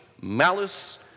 malice